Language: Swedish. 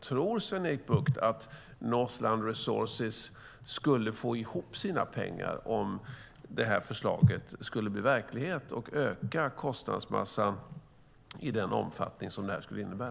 Tror Sven-Erik Bucht att Northland Resources skulle få ihop sina pengar om förslaget blev verklighet och man ökade kostnadsmassan i den omfattning som förslaget innebär?